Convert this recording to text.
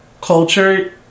culture